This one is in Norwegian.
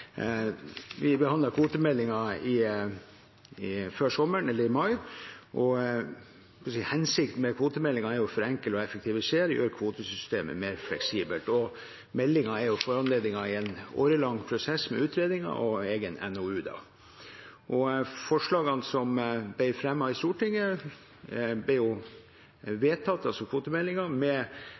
Vi behandlet kvotemeldingen før sommeren, i mai. Hensikten med kvotemeldingen er å forenkle og effektivisere og gjøre kvotesystemet mer fleksibelt, og foranledningen er en årelang prosess med utredninger og egen NoU. Forslagene som ble fremmet i Stortinget, og kvotemeldingen, ble vedtatt med